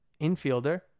infielder